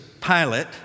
Pilate